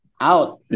out